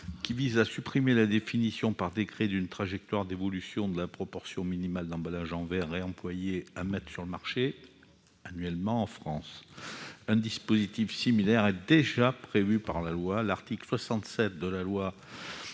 vise à supprimer la définition par décret d'une trajectoire d'évolution de la proportion minimale d'emballages en verre réemployés à mettre sur le marché annuellement en France. Un dispositif similaire existe déjà dans les textes. En effet, l'article 67 de la loi